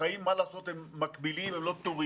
החיים, מה לעשות, הם מקבילים; הם לא טוריים.